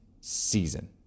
season